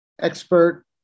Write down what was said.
expert